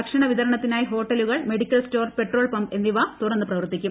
ഭക്ഷണ വിതരണത്തിനായി ഹോട്ടലുകൾ മെഡിക്കൽ സ്റ്റോർ പെട്രോൾ പമ്പ് എന്നിവ തുറന്നു പ്രവർത്തിക്കും